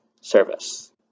service